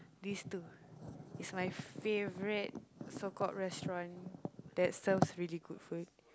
these two is my favourite so called restaurant that serves really good food